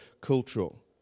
cultural